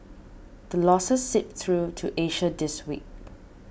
the losses seeped through to Asia this week